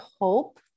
hope